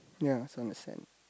ya on the sand